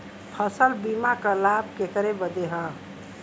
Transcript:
फसल बीमा क लाभ केकरे बदे ह?